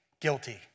guilty